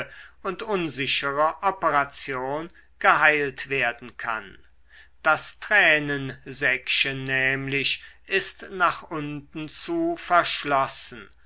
und unsichere operation geheilt werden kann das tränensäckchen nämlich ist nach unten zu verschlossen